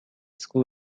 school